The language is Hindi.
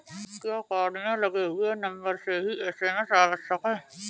क्या कार्ड में लगे हुए नंबर से ही एस.एम.एस आवश्यक है?